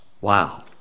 Wow